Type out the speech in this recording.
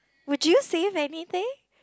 would you see anything